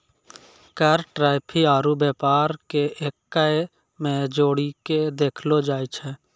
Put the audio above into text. कर टैरिफ आरू व्यापार के एक्कै मे जोड़ीके देखलो जाए छै